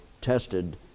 tested